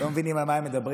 לא מבינים על מה הם מדברים,